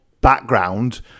background